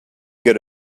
good